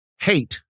hate